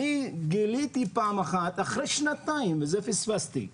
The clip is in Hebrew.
אני גיליתי פעם אחת אחרי שנתיים, וזה פספסתי,